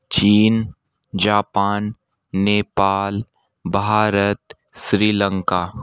चीन जापान नेपाल भारत श्रीलंका